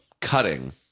Cutting